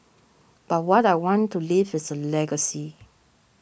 but what I want to leave is a legacy